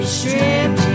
stripped